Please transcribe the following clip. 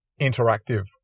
interactive